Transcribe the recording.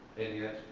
and yet,